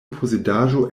posedaĵo